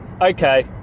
Okay